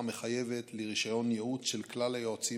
המחייבת לרישיון ייעוץ של כלל היועצים